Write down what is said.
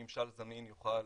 ממשל זמין יוכל